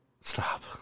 Stop